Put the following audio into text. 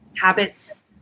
habits